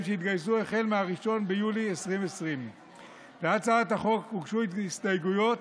שהתגייסו מ-1 ביולי 2020. להצעת החוק הוגשו הסתייגויות.